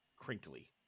crinkly